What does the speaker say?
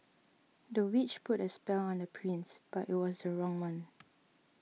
the witch put a spell on the prince but it was the wrong one